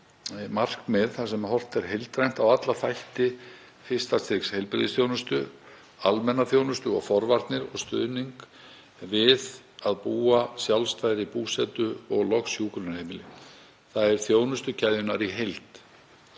markmið þar sem horft er heildrænt á alla þætti, fyrsta stigs heilbrigðisþjónustu, almenna þjónustu og forvarnir, stuðning við að búa sjálfstæðri búsetu og loks hjúkrunarheimili, þ.e. á þjónustukeðjuna í heild.